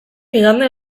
igande